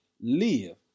live